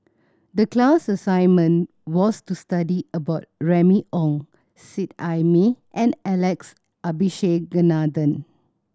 the class assignment was to study about Remy Ong Seet Ai Mee and Alex Abisheganaden